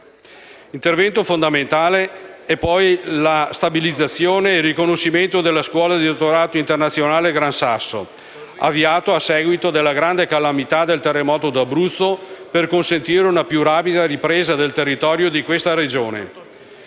Intervento fondamentale è, poi, la stabilizzazione e il riconoscimento della scuola di dottorato internazionale Gran Sasso Science Institute, avviato a seguito della grande calamità del terremoto d'Abruzzo per consentire una più rapida ripresa del territorio di questa Regione.